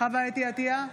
חוה אתי עטייה,